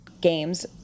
games